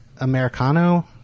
americano